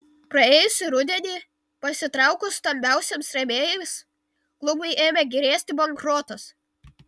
praėjusį rudenį pasitraukus stambiausiems rėmėjams klubui ėmė grėsti bankrotas